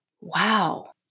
wow